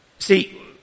See